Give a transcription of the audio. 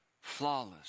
flawless